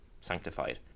sanctified